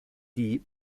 die